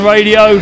Radio